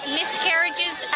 miscarriages